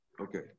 Okay